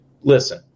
listen